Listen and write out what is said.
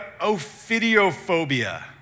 ophidiophobia